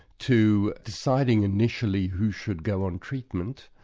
to deciding initially who should go on treatment,